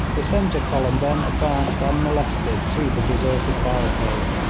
the centre column then advanced unmolested to the deserted barricade,